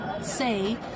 say